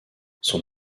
son